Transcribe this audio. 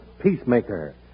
Peacemaker